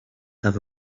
have